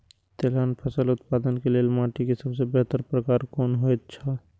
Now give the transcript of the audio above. तेलहन फसल उत्पादन के लेल माटी के सबसे बेहतर प्रकार कुन होएत छल?